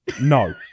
No